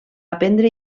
aprendre